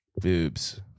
boobs